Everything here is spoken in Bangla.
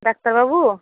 ডাক্তারবাবু